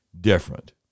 different